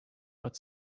but